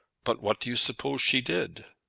but what do you suppose she did?